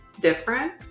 different